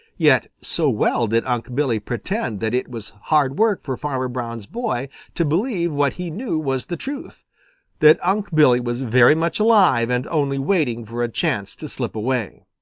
yet so well did unc' billy pretend that it was hard work for farmer brown's boy to believe what he knew was the truth that unc' billy was very much alive and only waiting for a chance to slip away.